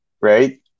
Right